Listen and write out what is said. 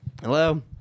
Hello